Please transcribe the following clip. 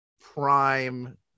prime